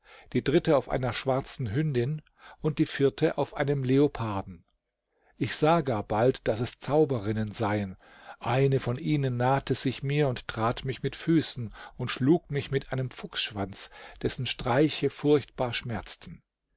die dritte auf einer schwarzen hündin und die vierte auf einem leoparden ich sah gar bald daß es zauberinnen seien eine von ihnen nahte sich mir und trat mich mit füßen und schlug mich mit einem fuchsschwanz dessen streiche furchtbar schmerzten